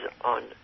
on